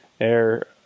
air